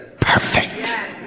perfect